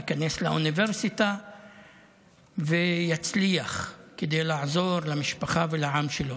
ייכנס לאוניברסיטה ויצליח כדי לעזור למשפחה ולעם שלו.